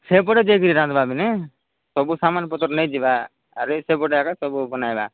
ସେପଟେ ଯେ କିଣା କିଣି ହେବନି ସବୁ ସାମାନ ପତ୍ର ନେଇଯିବା ଆରେ ସେପଟେ ଆକା ସବୁ ବନାଇବା